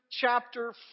chapter